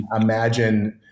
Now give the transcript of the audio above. imagine